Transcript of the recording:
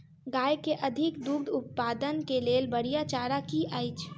गाय केँ अधिक दुग्ध उत्पादन केँ लेल बढ़िया चारा की अछि?